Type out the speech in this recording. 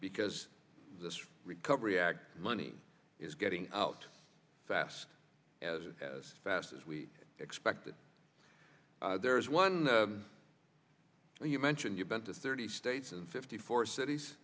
because this recovery act money is getting out fast as it has fast as we expected there is one you mentioned you've been to thirty states and fifty four